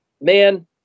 man